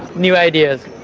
new ideas,